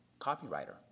copywriter